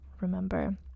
remember